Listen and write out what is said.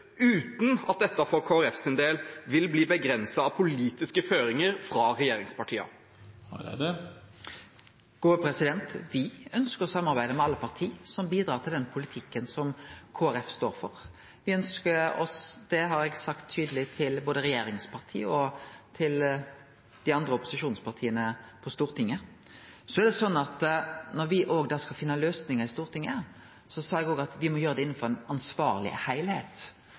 uten at dette for Kristelig Folkepartis del vil bli begrenset av politiske føringer fra regjeringspartiene? Me ønskjer å samarbeide med alle parti som bidrar til den politikken som Kristeleg Folkeparti står for. Det har eg sagt tydeleg til både regjeringspartia og dei andre opposisjonspartia på Stortinget. Så er det slik at når me skal finne løysingar i Stortinget, sa eg òg at me må gjere det